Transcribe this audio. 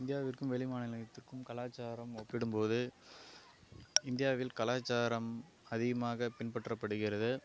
இந்தியாவிற்கும் வெளி மாநிலத்திற்கும் கலாச்சாரம் ஒப்பிடும்போது இந்தியாவில் கலாச்சாரம் அதிகமாக பின்பற்றப்படுகிறது